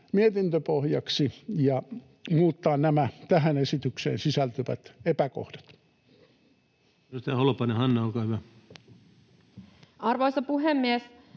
mietintö pohjaksi ja muuttaa nämä tähän esitykseen sisältyvät epäkohdat.